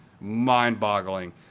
mind-boggling